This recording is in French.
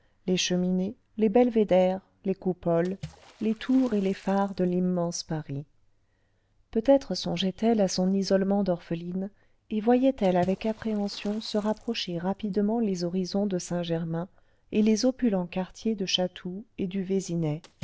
les cheminées les belvédères les coupoles les tours et les phares de l'immense paris peut-être songeait-elle à son isolement d'orpheline et voyait-elle avec appréhension se rapprocher rapidement les horizons de saint g ermain et les opulents quartiers de chatou et du vésinet